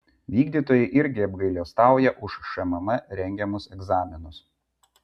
vykdytojai irgi apgailestauja už šmm rengiamus egzaminus